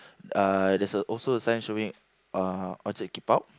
uh there's a also a sign showing uh Orchard keep out